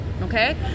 okay